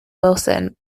wilson